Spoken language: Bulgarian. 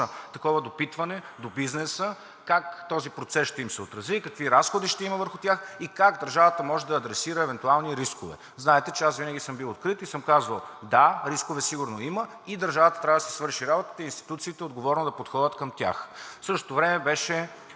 такова допитване до бизнеса как този процес ще им се отрази, какви разходи ще има върху тях и как държавата може да адресира евентуални рискове. Знаете, че аз винаги съм бил открит и съм казвал: да, рискове сигурно има, но държавата и институциите трябва да си свършат работата и отговорно да подходят към тях. В същото време беше